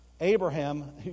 Abraham